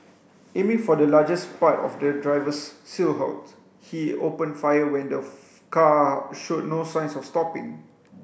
aiming for the largest part of the driver's silhouette he opened fire when the car showed no signs of stopping